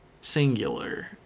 Singular